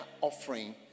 offering